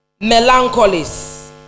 Melancholies